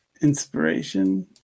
Inspiration